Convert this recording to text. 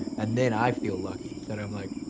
and then i feel lucky that i'm like,